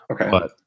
Okay